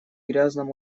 грязном